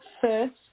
first